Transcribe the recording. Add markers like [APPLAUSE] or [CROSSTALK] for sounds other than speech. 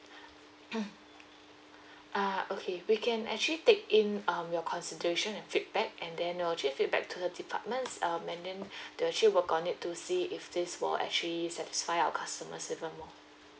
[NOISE] ah okay we can actually take in um your consideration and feedback and then I'll actually feedback to the departments um and then they'll actually work on it to see if this will actually satisfy our customers even more